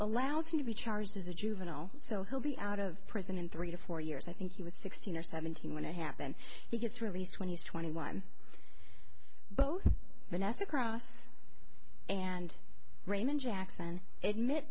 allows you to be charged as a juvenile so he'll be out of prison in three to four years i think he was sixteen or seventeen when it happened he gets released when he's twenty one both the next across and raymond jackson admit